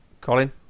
Colin